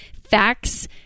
facts